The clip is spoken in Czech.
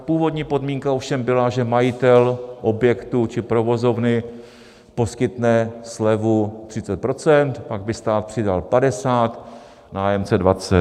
Původní podmínka ovšem byla, že majitel objektu či provozovny poskytne slevu 30 %, pak by stát přidal 50, nájemce 20.